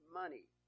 money